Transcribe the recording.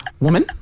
Woman